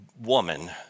woman